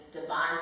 divine